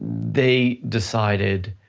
they decided,